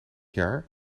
jaar